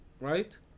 right